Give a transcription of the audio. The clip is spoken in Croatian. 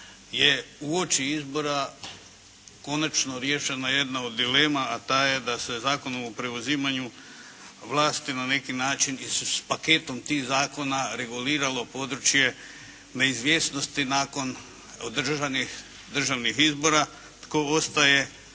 je uoči izbora konačno riješena jedna od dilema, a ta je da se Zakonom o preuzimanju vlasti na neki način i paketom tih zakona reguliralo područje neizvjesnosti nakon održanih državnih izbora, tko ostaje